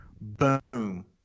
boom